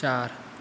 चार